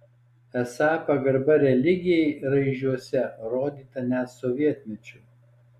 esą pagarba religijai raižiuose rodyta net sovietmečiu